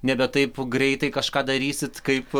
nebe taip greitai kažką darysit kaip